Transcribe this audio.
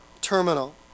terminal